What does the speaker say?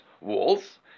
walls